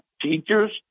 teachers